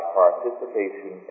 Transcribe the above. participation